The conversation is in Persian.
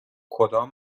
کدام